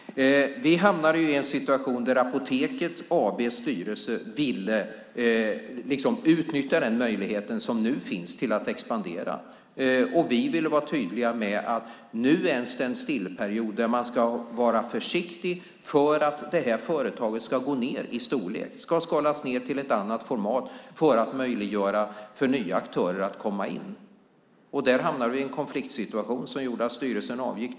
Vi hamnade i en situation där Apoteket AB:s styrelse ville utnyttja den möjlighet som nu finns till att expandera. Vi ville vara tydliga med att vi var inne i en period där man ska vara försiktig därför att företaget ska gå ned i storlek. Det ska skalas ned till ett annat format för att möjliggöra för nya aktörer att komma in. Där hamnade vi i en konfliktsituation som gjorde att styrelsen avgick.